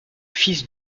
fils